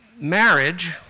Marriage